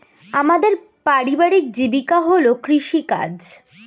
আমাদের পারিবারিক জীবিকা হল কৃষিকাজ